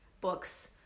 books